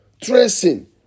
tracing